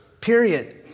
period